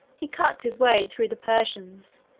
he cut his way through the persians,